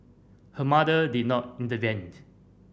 her mother did not intervene